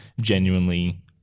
genuinely